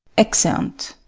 exeunt